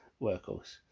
workhorse